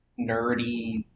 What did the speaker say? nerdy